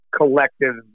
collective